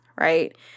right